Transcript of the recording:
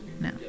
no